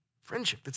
friendship